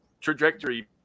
trajectory